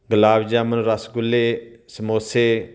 ਗੁਲਾਬ ਜਾਮਨ ਰਸਗੁੱਲੇ ਸਮੋਸੇ